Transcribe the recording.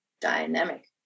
dynamic